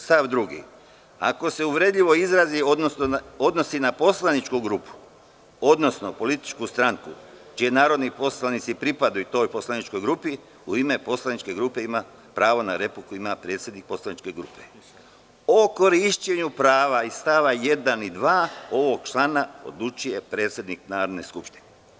Stav 2: „Ako se uvredljivi izrazi odnose na poslaničku grupu, odnosno političku stranku čiji narodni poslanici pripadaju toj poslaničkoj grupi, u ime poslaničke grupe ima pravo na repliku predsednik poslaničke grupe.“ „O korišćenju prava iz stava 1. i 2. ovog člana odlučuje predsednik Narodne skupštine“